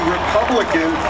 Republican